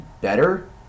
better